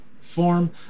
form